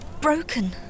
broken